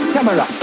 Camera